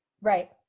Right